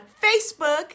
Facebook